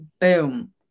Boom